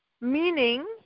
meaning